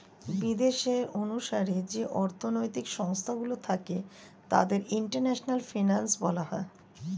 বিদেশের অনুসারে যে অর্থনৈতিক সংস্থা গুলো থাকে তাদের ইন্টারন্যাশনাল ফিনান্স বলা হয়